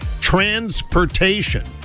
transportation